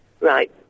Right